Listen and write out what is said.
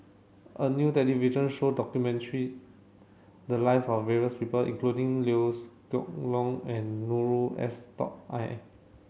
a new television show documented the lives of various people including Liew Geok Leong and Noor S dog I